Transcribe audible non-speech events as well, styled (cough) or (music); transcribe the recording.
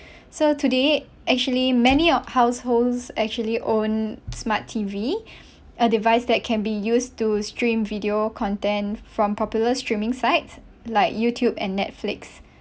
(breath) so today actually many of households actually own smart T_V (breath) a device that can be used to stream video content from popular streaming sites like YouTube and Netflix